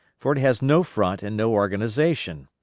for it has no front and no organization.